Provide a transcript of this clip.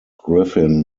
griffin